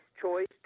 choice